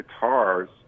guitars